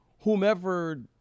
whomever